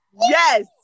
Yes